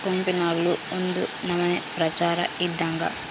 ಕೋಪಿನ್ಗಳು ಒಂದು ನಮನೆ ಪ್ರಚಾರ ಇದ್ದಂಗ